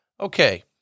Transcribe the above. Okay